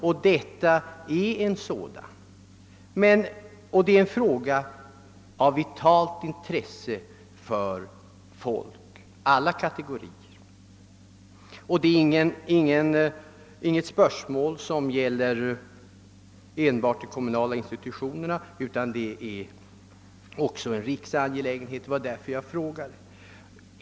Och detta är en sådan. Det är en fråga av vitalt intresse för människor av alla kategorier, ett spörsmål som inte enbart gäller kommunala institutioner, utan är en riksangelägenhet.